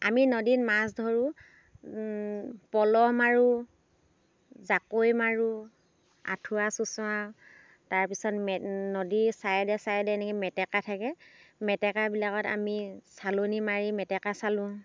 আমি নদীত মাছ ধৰোঁ পলহ মাৰোঁ জাকৈ মাৰোঁ আঠুৱা চুচঁৰাওঁ তাৰ পিছত নদীৰ চাইডে চাইডে এনেকৈ মেটেকা থাকে মেটেকাবিলাকত আমি চালনী মাৰি মেটেকা চালোঁ